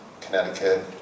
Connecticut